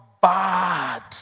bad